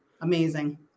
Amazing